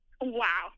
Wow